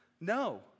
no